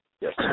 Yes